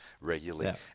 regularly